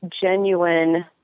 genuine